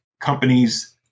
companies